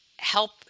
help